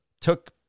took